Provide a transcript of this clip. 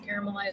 caramelized